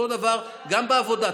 אותו דבר גם בעבודה.